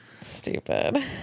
Stupid